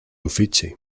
uffizi